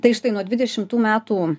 tai štai nuo dvidešimtų metų